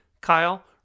Kyle